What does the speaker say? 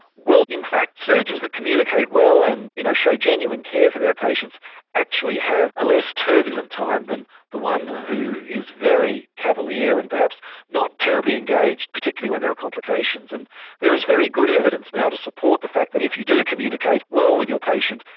well, in fact surgeons who communicate well and you know show genuine care for their patients actually have a less turbulent time than the one who is very cavalier and perhaps not terribly engaged, particularly when there are complications. and there is very good evidence now to support the fact that if you do communicate well with your patient,